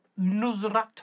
Nuzrat